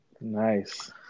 Nice